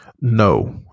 No